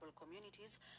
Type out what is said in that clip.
communities